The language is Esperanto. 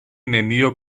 nenio